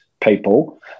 people